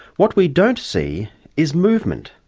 what we don't see is movement.